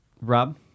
Rob